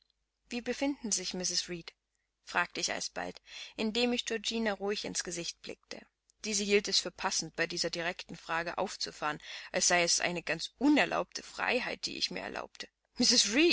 wie befindet sich mrs reed fragte ich alsbald indem ich georgina ruhig ins gesicht blickte diese hielt es für passend bei dieser direkten frage aufzufahren als sei es eine ganz unerlaubte freiheit die ich mir erlaubte